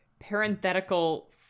parenthetical